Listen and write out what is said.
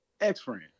Ex-friend